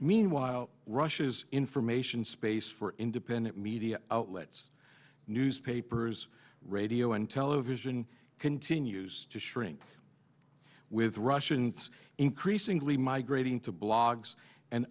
meanwhile russia's information space for independent media outlets newspapers radio and television continues to shrink with russians increasingly migrating to blogs and